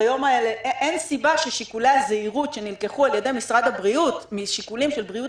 אין סיבה ששיקולי הזהירות שנלקחו על ידי משרד הבריאות משיקולים של בריאות